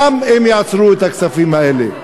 גם אם יעצרו את הכספים האלה.